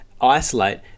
isolate